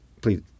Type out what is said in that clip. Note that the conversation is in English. Please